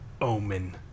omen